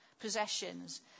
possessions